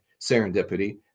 serendipity